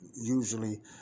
usually